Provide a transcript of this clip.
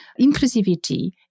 inclusivity